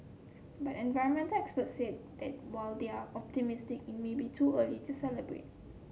but environmental experts say that while they are optimistic it may be too early to celebrate